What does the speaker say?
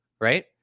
right